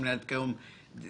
שמכהנת כיום כדירקטורית,